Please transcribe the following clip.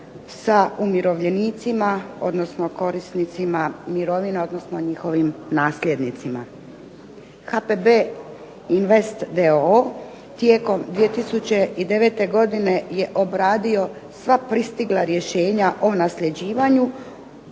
sa umirovljenicima, odnosno korisnicima mirovina odnosno njihovim nasljednicima. HPB Invest d.o.o. tijekom 2009. godine je obradio sva pristigla rješenja o nasljeđivanju